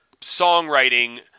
songwriting